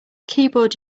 keyboard